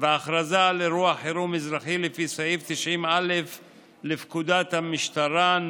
והכרזה על אירוע חירום אזרחי לפי סעיף 90א לפקודת המשטרה ,